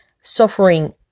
suffering